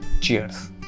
Cheers